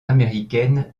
américaine